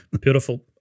Beautiful